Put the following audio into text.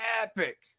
epic